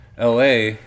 la